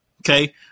Okay